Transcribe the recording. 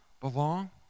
belong